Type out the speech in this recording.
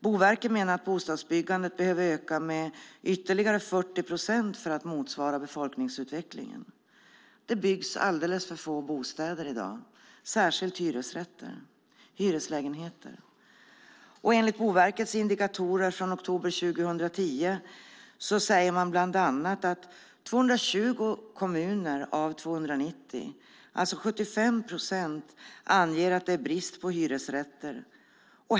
Boverket menar att bostadsbyggandet behöver öka med ytterligare 40 procent för att motsvara befolkningsutvecklingen. Det byggs alldeles för få bostäder i dag, särskilt hyreslägenheter. Enligt Boverkets indikatorer från oktober 2010 säger man bland annat att 220 kommuner av 290, alltså 75 procent, anger att det är en brist på hyresrätter.